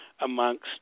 amongst